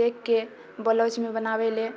देखकऽ ब्लाउजमे बनाबैलए